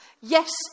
Yes